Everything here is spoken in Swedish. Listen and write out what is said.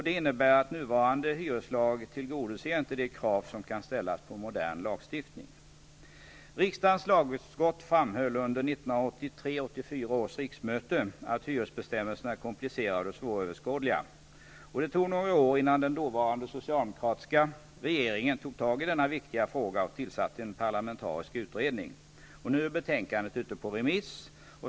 Det innebär att nuvarande hyreslag inte tillgodoser de krav som kan ställas på modern lagstiftning. Riksdagens lagutskott framhöll under 1983/84 års riksmöte att hyresbestämmelserna var komplicerade och svåröverskådliga. Det tog några år innan den dåvarande socialdemokratiska regeringen tog tag i denna viktiga fråga och tillsatte en parlamentarisk utredning. Nu är betänkandet ute på remiss.